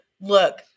look